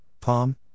palm